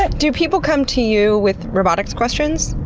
do people come to you with robotics questions?